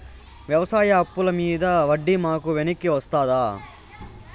వ్యవసాయ అప్పుల మీద వడ్డీ మాకు వెనక్కి వస్తదా?